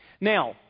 Now